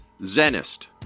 Zenist